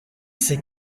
ces